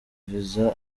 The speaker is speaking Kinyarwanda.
viza